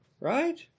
right